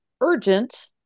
urgent